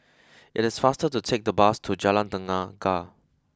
it is faster to take the bus to Jalan Tenaga